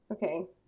Okay